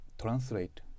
translate